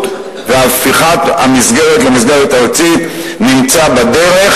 והפיכת המסגרת למסגרת ארצית נמצא בדרך.